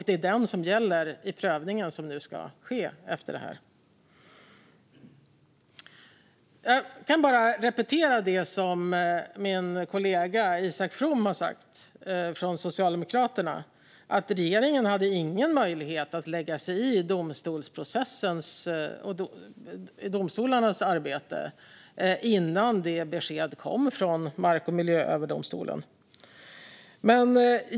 Det är den som gäller i den prövning som ska ske efter detta. Jag kan bara repetera det min kollega Isak From från Socialdemokraterna sa: Regeringen hade ingen möjlighet att lägga sig i domstolarnas arbete innan beskedet kom från Mark och miljööverdomstolen.